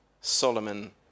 Solomon